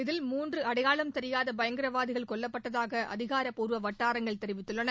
இதில் மூன்று அடையாளம் தெரியாக பயங்கரவாதிகள் கொல்லப்பட்டதாக ஆதாரப்பூர்வ வட்டாரங்கள் தெரிவித்துள்ளன